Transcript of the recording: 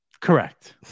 Correct